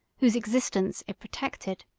whose existence it protected.